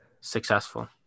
successful